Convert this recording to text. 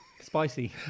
spicy